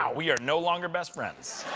ah we're no longer best friends.